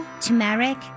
turmeric